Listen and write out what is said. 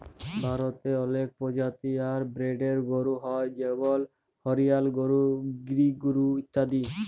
ভারতে অলেক পরজাতি আর ব্রিডের গরু হ্য় যেমল হরিয়ালা গরু, গির গরু ইত্যাদি